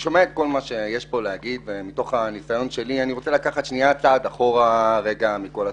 הנאמר ומתוך הניסיון שלי אני רוצה לקחת שנייה צעד אחורה מכל התמונה.